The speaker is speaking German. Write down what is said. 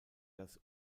das